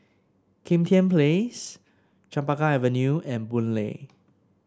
Kim Tian Place Chempaka Avenue and Boon Lay